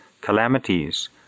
calamities